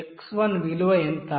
x1 విలువ ఎంత